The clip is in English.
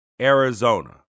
Arizona